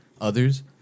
others